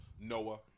Noah